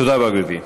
תודה רבה, גברתי.